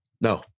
No